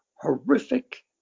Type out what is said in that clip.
horrific